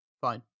fine